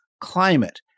climate